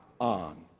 on